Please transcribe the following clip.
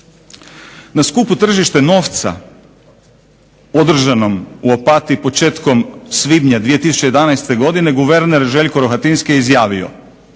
Na skupu "Tržište novca" održanom u Opatiji početkom svibnja 2011. godine guverner Željko Rohatinski je izjavio: